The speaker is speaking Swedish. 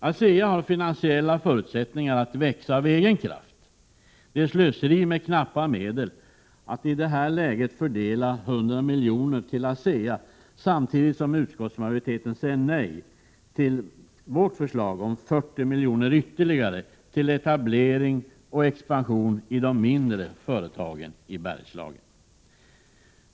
ASEA har finansiella förutsättningar att växa av egen kraft. Det är slöseri med knappa medel att i det här läget ge 100 milj.kr. till ASEA samtidigt som utskottsmajoriteten säger nej till vårt förslag om 40 milj.kr. ytterligare till etablering och expansion av de mindre företagen i Bergslagen.